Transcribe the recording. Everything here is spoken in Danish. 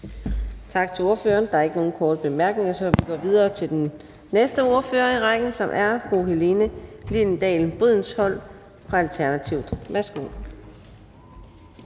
Tak til ordføreren. Der er ikke nogen korte bemærkninger, så vi går videre til den næste ordfører i rækken, som er fru Helene Liliendahl Brydensholt fra Alternativet. Værsgo.